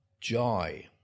joy